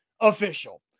official